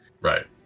Right